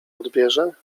odbierze